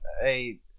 hey